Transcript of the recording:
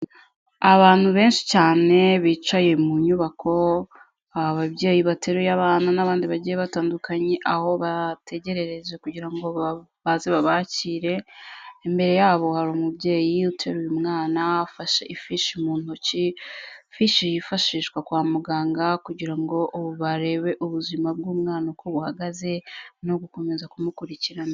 Abantu benshi cyane bicaye mu nyubako, ababyeyi bateruye abana n'abandi bagiye batandukanye, aho bategerereje kugira ngo baze babakire, imbere yabo hari umubyeyi uteruye umwana, afashe ifishi mu ntoki, ifishi yifashishwa kwa muganga kugira ngo barebe ubuzima bw'umwana uko buhagaze no gukomeza kumukurikirana.